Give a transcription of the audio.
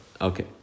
Okay